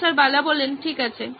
professor Bala ঠিক আছে